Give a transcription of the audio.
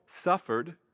suffered